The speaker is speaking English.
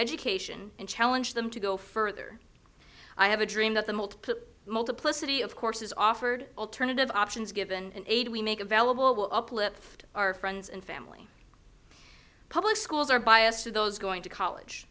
education and challenge them to go further i have a dream that the multiple multiplicity of courses offered alternative options given aid we make available will uplift our friends and family public schools are biased to those going to college